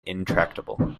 intractable